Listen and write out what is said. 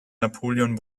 napoleon